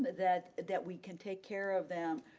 that that we can take care of them.